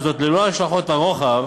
וזאת ללא השלכות הרוחב